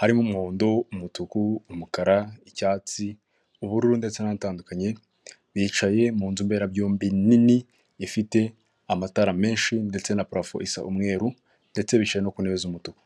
harimo umuhondo, umutuku, umukara, icyatsi, ubururu ndetse n'andi atandukanye bicaye mu nzu mberabyombi nini, ifite amatara menshi ndetse na purafo isa umweru ndetse bicaye no ku ntebe z'umutuku.